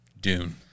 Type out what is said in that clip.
Dune